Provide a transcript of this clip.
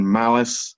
malice